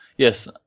Yes